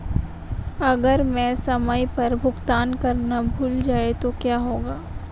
अगर मैं समय पर भुगतान करना भूल जाऊं तो क्या होगा?